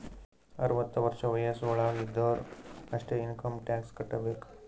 ಅರ್ವತ ವರ್ಷ ವಯಸ್ಸ್ ವಳಾಗ್ ಇದ್ದೊರು ಅಷ್ಟೇ ಇನ್ಕಮ್ ಟ್ಯಾಕ್ಸ್ ಕಟ್ಟಬೇಕ್